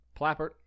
Plappert